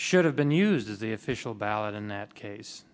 should have been used as the official ballot in that case